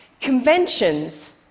Conventions